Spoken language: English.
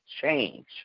change